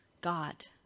God